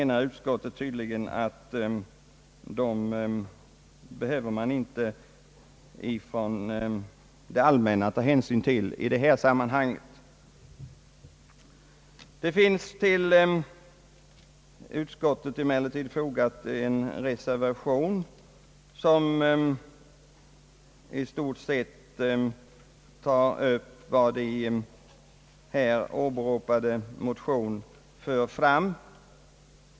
Utskottet menar tydligen att det allmänna inte behöver ta hänsyn till dessa i detta försäkringssammanhang. Till utskottets utlåtande har fogats en reservation, som i stort sett tar upp de här åberopade motionernas förslag.